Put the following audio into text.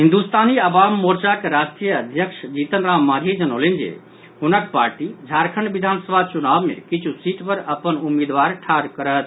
हिन्दुस्तानी अवाम मोर्चाक राष्ट्रीय अध्यक्ष जीतनराम मांझी जनौलनि जे हुनक पार्टी झारखंड विधानसभा चुनाव मे किछु सीट पर अपन उम्मीदवार ठाढ़ करत